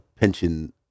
pension